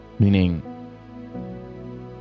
Meaning